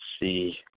see